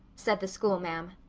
said the schoolma'am.